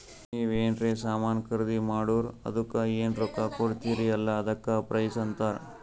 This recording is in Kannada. ನೀವ್ ಎನ್ರೆ ಸಾಮಾನ್ ಖರ್ದಿ ಮಾಡುರ್ ಅದುಕ್ಕ ಎನ್ ರೊಕ್ಕಾ ಕೊಡ್ತೀರಿ ಅಲ್ಲಾ ಅದಕ್ಕ ಪ್ರೈಸ್ ಅಂತಾರ್